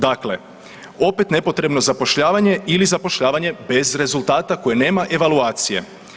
Dakle, opet nepotrebno zapošljavanje ili zapošljavanje bez rezultata koje nema evaluacije.